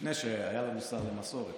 לפני שהיה לנו שר למסורת,